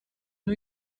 new